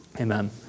Amen